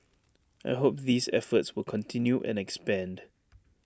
I hope these efforts will continue and expand